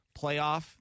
playoff